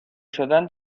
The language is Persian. شدن